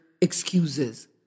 excuses